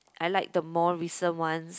I like the more recent one